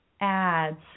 ads